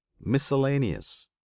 miscellaneous